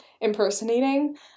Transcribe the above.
impersonating